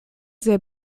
sehr